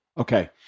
Okay